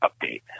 update